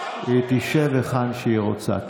היא תשב היכן שהיא רוצה.